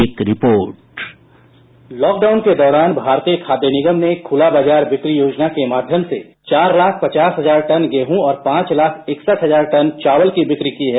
एक report sound bite lockdown के दौरान भारतीय खाद्य निगम ने खुला बाजार बिक्री योजना के माध्यम से चार लाख पचास हजार टन गेहूँ और पांच लाख इकसठ हजार टन चावल की बिक्री की है